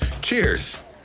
Cheers